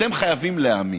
אתם חייבים להאמין.